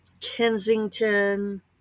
Kensington